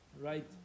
Right